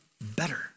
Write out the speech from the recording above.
better